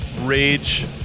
Rage